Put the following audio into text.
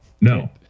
no